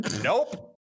nope